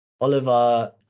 Oliver